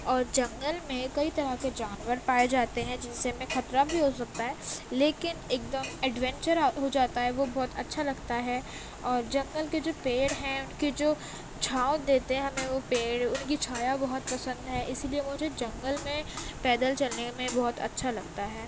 اور جنگل میں کئی طرح کے جانور پائے جاتے ہیں جن سے ہمیں خطرہ بھی ہو سکتا ہے لیکن ایک دم ایڈونچر ہو جاتا ہے وہ بہت اچھا لگتا ہے اور جنگل کے جو پیڑ ہیں ان کے جو چھاؤں دیتے ہیں ہمیں وہ پیڑ ان کی چھایا بہت پسند ہے اسی لیے مجھے جنگل میں پیدل چلنے میں بہت اچھا لگتا ہے